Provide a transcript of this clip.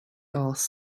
ass